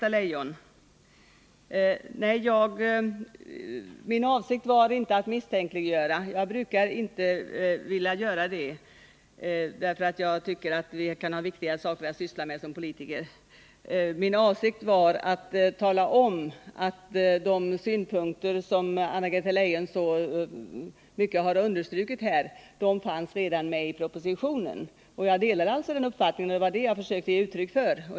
, Min avsikt var inte att misstänkliggöra, Anna-Greta Leijon, jag brukar inte vilja göra det. Jag tycker att vi har viktigare saker att syssla med som politiker. Min avsikt var att tala om att de synpunkter Anna-Greta Leijon så kraftigt understrukit fanns med redan i propositionen. Jag delar alltså den uppfattningen, och det var det jag försökte ge uttryck för.